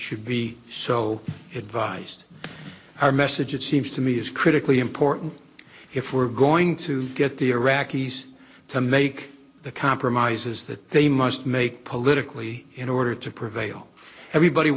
should be so advised our message it seems to me is critically important if we're going to get the iraqis to make the compromises that they must make politically in order to prevail everybody